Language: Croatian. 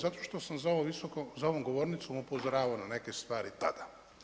Zato što sam za ovom govornicom upozoravao na neke stvari tada.